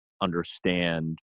understand